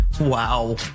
Wow